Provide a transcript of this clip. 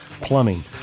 Plumbing